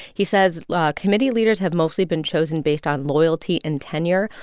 he says committee leaders have mostly been chosen based on loyalty and tenure,